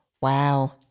Wow